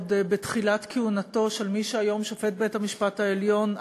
עוד בתחילת כהונתו של מי שהיום הוא שופט בית-המשפט העליון,